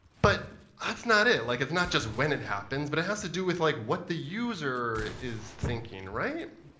but that's not it. like, it's not just when it happens, but it has to do with like what the user is thinking, right?